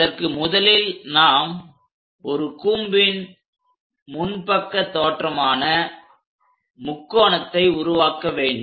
அதற்கு முதலில் நாம் ஒரு கூம்பின் முன்பக்க தோற்றமான முக்கோணத்தை உருவாக்க வேண்டும்